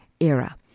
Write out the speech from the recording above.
era